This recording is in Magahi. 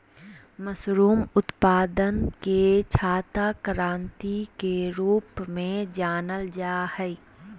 मशरूम उत्पादन के छाता क्रान्ति के रूप में जानल जाय हइ